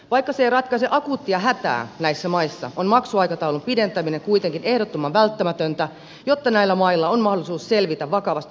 vaikka se ei ratkaise akuuttia hätää näissä maissa on maksuaikataulun pidentäminen kuitenkin ehdottoman välttämätöntä jotta näillä mailla on mahdollisuus selvitä vakavasta taloudellisesta kriisistä